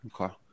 Okay